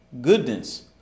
goodness